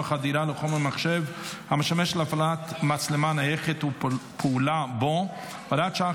חדירה לחומר מחשב המשמש להפעלת מצלמה נייחת ופעולה בו (הוראת שעה,